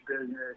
business